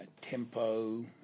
tempo